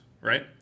right